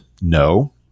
no